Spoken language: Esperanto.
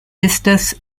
estas